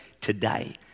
today